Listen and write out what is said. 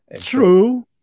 true